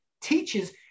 teaches